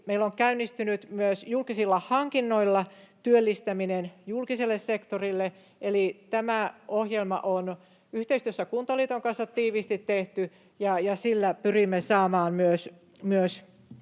meillä on käynnistynyt myös julkisilla hankinnoilla työllistäminen julkiselle sektorille. Eli tämä ohjelma on yhteistyössä Kuntaliiton kanssa tiiviisti tehty, ja sillä pyrimme saamaan työllistettyä